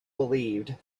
believed